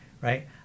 right